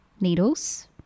needles